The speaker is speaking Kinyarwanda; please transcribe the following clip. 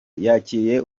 yakiriye